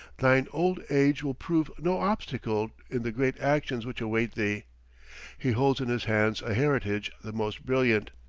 thine old age will prove no obstacle in the great actions which await thee he holds in his hands a heritage the most brilliant.